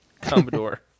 commodore